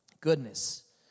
Goodness